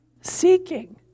seeking